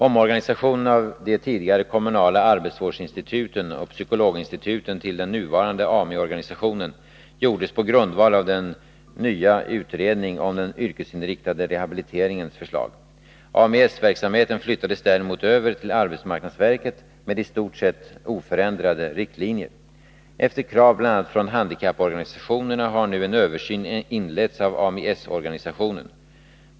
Omorganisationen av de tidigare kommunala arbetsvårdsinstituten och psykologinstituten till den nuvarande Ami-organisationen gjordes på grundval av den nya utredningen om den yrkesinriktade rehabiliteringens förslag. Ami-S-verksamheten flyttades däremot över till arbetsmarknadsverket med i stort sett oförändrade riktlinjer. Efter krav bl.a. från handikapporganisationerna har nu en översyn inletts av Ami-S-organisationen.